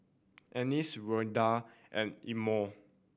Anice Randel and Elmore